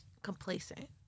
complacent